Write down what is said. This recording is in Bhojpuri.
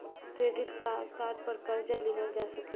क्रेडिट कार्ड पर कर्जा लिहल जा सकेला